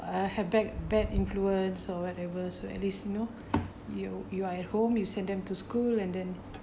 uh had bad influence or whatever so at least you know you you are at home you send them to school and then